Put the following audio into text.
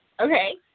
Okay